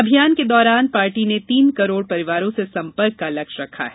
अभियान के दौरान पार्टी ने तीन करोड़ परिवारों से सम्पर्क का लक्ष्य रखा है